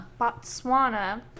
Botswana